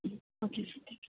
ம் okay sir thank you